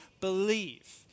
believe